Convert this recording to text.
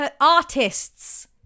artists